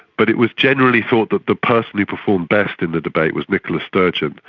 but it was generally thought that the person who performed best in the debate was nicola sturgeon,